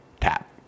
tap